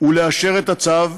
ולאשר את הצו,